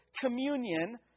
communion